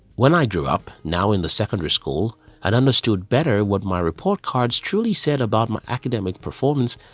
when i grew up, now in the secondary school and understood better what my report cards truly said about my academic performance,